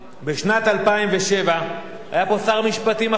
בשנת 2007 היה פה שר משפטים אחר,